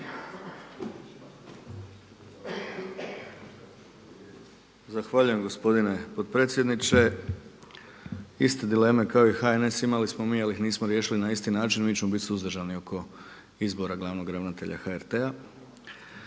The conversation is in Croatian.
Zahvaljujem gospodine potpredsjedniče. Iste dileme kao i HNS imali smo mi ali ih nismo riješili na isti način, mi ćemo biti suzdržani oko izbora glavnog ravnatelja HRT-a.